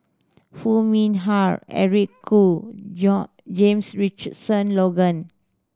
Foo Mee Har Eric Khoo John James Richardson Logan